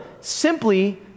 simply